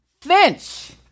Finch